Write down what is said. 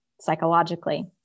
psychologically